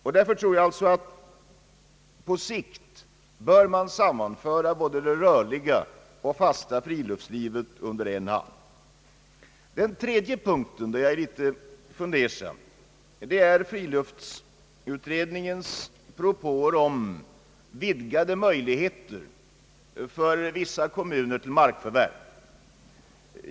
På sikt bör man därför, tror jag, sammanföra det rörliga och det fasta friluftslivet under en hatt. Den tredje punkten som gör mig litet fundersam är friluftsutredningens propåer om vidgade möjligheter för vissa kommuner till markförvärv.